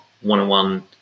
one-on-one